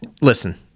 listen